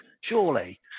surely